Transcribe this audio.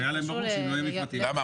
למה?